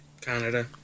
Canada